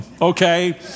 okay